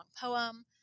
poem